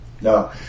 No